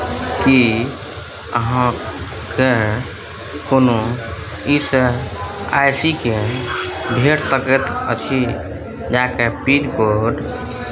की अहाँकेँ कोनो E S I C केन्द्र भेट सकैत अछि जकर पिनकोड